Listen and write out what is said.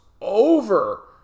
over